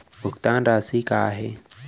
भुगतान राशि का हे?